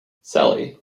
sally